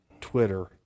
Twitter